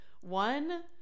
One